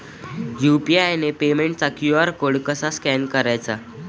UPI पेमेंटचा QR code कसा scan करायचा?